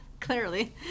Clearly